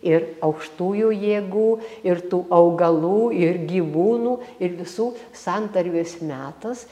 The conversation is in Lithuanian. ir aukštųjų jėgų ir tų augalų ir gyvūnų ir visų santarvės metas